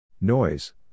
Noise